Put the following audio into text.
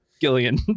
Gillian